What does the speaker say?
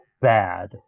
bad